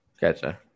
Gotcha